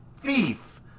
Thief